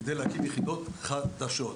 כדי להקים יחידות חדשות.